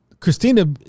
Christina